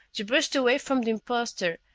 to burst away from the imposter,